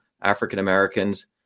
African-Americans